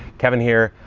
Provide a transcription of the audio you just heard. kevin here.